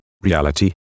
reality